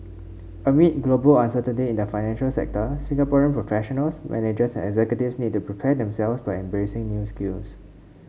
amid global uncertainty in the financial sector Singaporean professionals managers and executives need to prepare themselves by embracing new skills